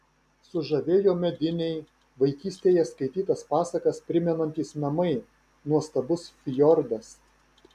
sužavėjo mediniai vaikystėje skaitytas pasakas primenantys namai nuostabus fjordas